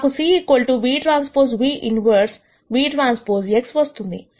నాకు c vTv inverse vTX వస్తుంది